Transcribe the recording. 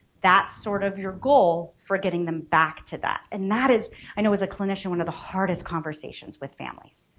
that's sort of your goal for getting them back to that. and that is i know as a clinician one of the hardest conversations with families.